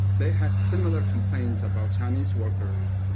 they had similar complaints about chinese workers,